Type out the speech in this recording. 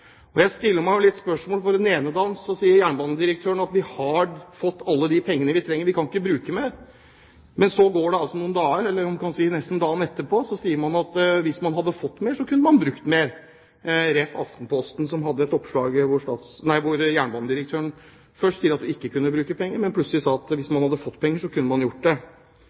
vedlikeholdsetterslepet. Jeg stiller meg noen spørsmål, for den ene dagen sier jernbanedirektøren at de har fått alle de penger de trenger, at de ikke kan bruke mer. Men nesten dagen etterpå sies det at dersom man hadde fått mer, kunne man brukt mer – med referanse til Aftenposten som hadde et oppslag der jernbanedirektøren først sa at hun ikke kunne bruke penger, men så plutselig sa at hvis hun hadde fått penger, kunne hun gjort det.